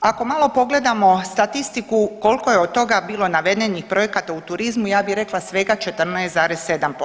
Ako malo pogledamo statistiku koliko je od toga bilo navedenih projekata u turizmu ja bi rekla svega 14,7%